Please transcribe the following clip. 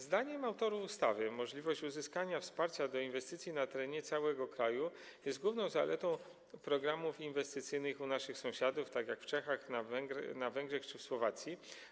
Zdaniem autorów ustawy możliwość uzyskania wsparcia inwestycji na terenie całego kraju jest główną zaletą programów inwestycyjnych u naszych sąsiadów, w Czechach, na Węgrzech czy w Słowacji.